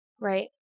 Right